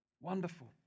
Wonderful